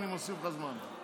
אני מוסיף לך זמן.